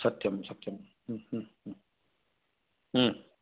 सत्यं सत्यम्